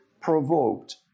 provoked